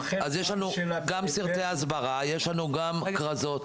אם כן, יש לנו גם סרטי הסברה וגם כרזות.